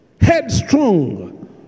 Headstrong